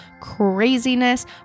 craziness